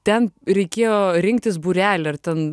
ten reikėjo rinktis būrelį ar ten